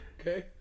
okay